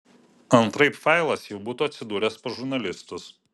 antraip failas jau būtų atsidūręs pas žurnalistus